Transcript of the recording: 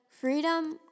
Freedom